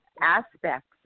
aspects